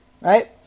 right